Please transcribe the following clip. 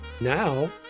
now